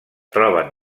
troben